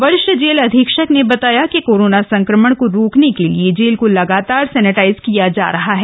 वरिष्ठ जेल अधीक्षक ने बताया कि कोरोना संक्रमण को रोकने के लिए जेल को लगातार सैनिटाइज किया जा रहा है